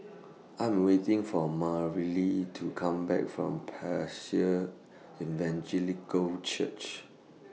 I'm waiting For Marely to Come Back from Evangelical Church